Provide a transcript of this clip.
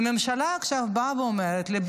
והממשלה עכשיו באה ואומרת לי,